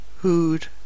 hood